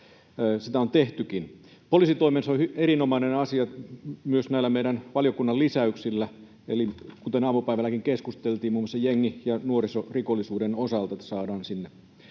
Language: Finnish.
sitä on tehtykin. Poliisitoimessa on erinomainen asia, että sinne saadaan myös nämä meidän valiokunnan lisäykset, kun aamupäivälläkin keskusteltiin muun muassa jengi- ja nuorisorikollisuudesta.